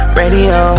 radio